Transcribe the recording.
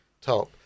top